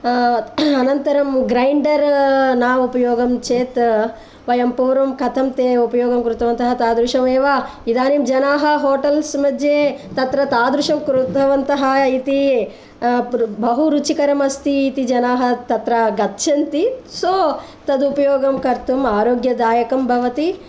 अनन्तरं ग्रैन्डर् न उपयोगं चेत् वयं पूर्वं कथं ते उपयोगं कृतवन्तः तादृशमेव इदानीं जनाः होटल्स् मध्ये तत्र तादृशं कृतवन्तः इति बहु रुचिकरम् अस्ति इति जनाः तत्र गच्छन्ति सो तत् उपयोगं कर्तुंम् आरोग्यदायकं भवति